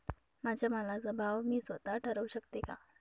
माझ्या मालाचा भाव मी स्वत: ठरवू शकते का?